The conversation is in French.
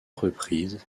reprises